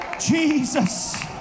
Jesus